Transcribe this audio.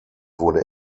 wurde